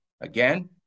Again